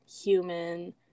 human